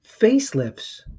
Facelifts